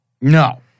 No